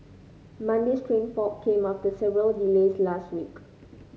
Monday's train fault came after several delays last week